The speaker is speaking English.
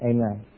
Amen